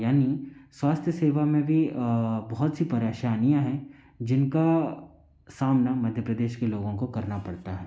यानि स्वास्थ्य सेवा में भी बहुत सी परेशानियाँ हैं जिनका सामना मध्य प्रदेश के लोगों को करना पड़ता है